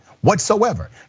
whatsoever